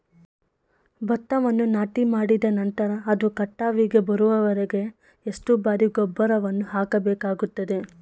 ಭತ್ತವನ್ನು ನಾಟಿಮಾಡಿದ ನಂತರ ಅದು ಕಟಾವಿಗೆ ಬರುವವರೆಗೆ ಎಷ್ಟು ಬಾರಿ ಗೊಬ್ಬರವನ್ನು ಹಾಕಬೇಕಾಗುತ್ತದೆ?